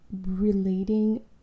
relating